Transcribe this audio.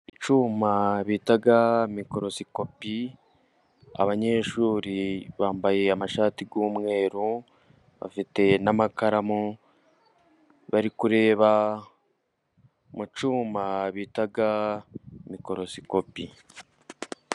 Icyuma bita mikorosikopi, abanyeshuri bambaye amashati y’umweru，bafite n'amakaramu，bari kureba mu cyuma bita mikorosikopi.